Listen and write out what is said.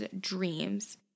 dreams